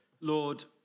Lord